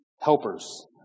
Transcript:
helpers